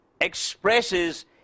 expresses